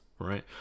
right